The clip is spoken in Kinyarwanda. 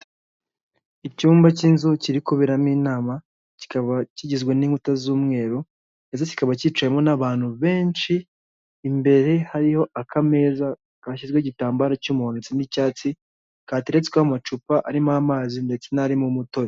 Icyumba cy'inzu kiri kuberamo inama kikaba kigizwe n'inkuta z'umweru ndetse kikaba cyicimo n'abantu benshi imbere hariho akameza kashyizweho igitambaro cy'umuhondo n'icyatsi kateretsweho amacupa arimo amazi ndetse n'arimo umutobe.